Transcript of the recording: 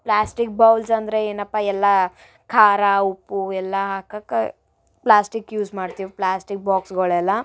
plastic bowls ಅಂದರೆ ಏನಪ್ಪ ಎಲ್ಲ ಖಾರ ಉಪ್ಪು ಎಲ್ಲ ಹಾಕಕ್ಕೆ ಪ್ಲಾಸ್ಟಿಕ್ ಯೂಸ್ ಮಾಡ್ತೀವಿ ಪ್ಲಾಸ್ಟಿಕ್ ಬಾಕ್ಸ್ಗಳೆಲ್ಲ